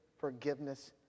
forgiveness